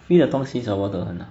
free 的东西什么都很好